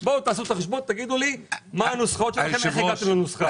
בואו תעשו את החשבון ותגידו לי מה הנוסחאות שלכם ואיך הגעתם לנוסחה.